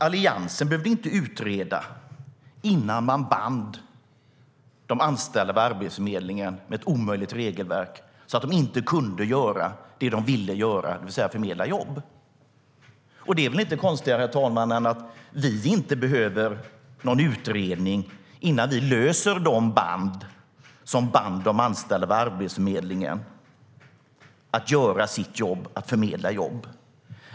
Alliansen behövde inte utreda innan man band de anställda vid Arbetsförmedlingen vid ett omöjligt regelverk så att de inte kunde göra vad de ville göra, det vill säga förmedla jobb. Det är inte konstigare än att vi inte behöver någon utredning innan vi löser de band som har bundit de anställda vid Arbetsförmedlingen - att förmedla jobb.